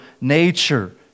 nature